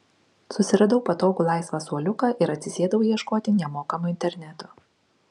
susiradau patogų laisvą suoliuką ir atsisėdau ieškoti nemokamo interneto